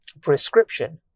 prescription